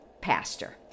pastor